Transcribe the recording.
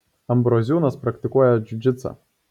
ambroziūnas praktikuoja džiudžitsą